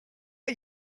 are